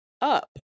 up